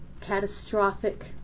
catastrophic